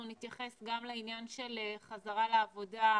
אנחנו נתייחס גם לעניין של חזרה לעבודה,